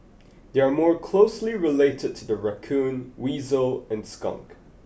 they are more closely related to the raccoon weasel and skunk